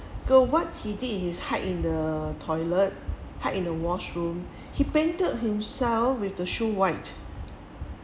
go what he did is hide in the toilet hide in the washroom he painted himself with the shoe white